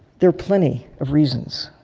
there are plenty of reasons